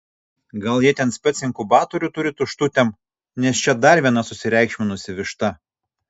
gal jie ten spec inkubatorių turi tuštutėm nes čia dar viena susireikšminusi višta